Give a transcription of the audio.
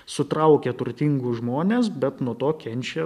sutraukia turtingus žmones bet nuo to kenčia